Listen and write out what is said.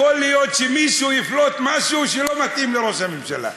יכול להיות שמישהו יפלוט משהו שלא מתאים לראש הממשלה,